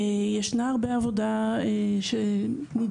ישנה הרבה עבודה שנדרשת.